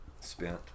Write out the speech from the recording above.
spent